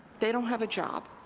they don't have a job.